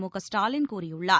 முகஸ்டாலின் கூறியுள்ளார்